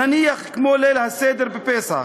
נניח כמו ליל הסדר בפסח,